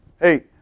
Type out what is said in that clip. hey